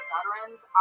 Veterans